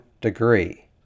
degree